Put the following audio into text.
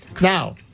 Now